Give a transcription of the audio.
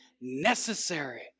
necessary